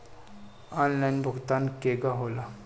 Online भुगतान केगा होला?